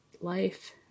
life